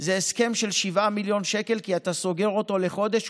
זה הסכם של 7 מיליון שקל כי אתה סוגר אותו לחודש.